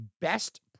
best